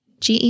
GE